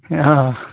अ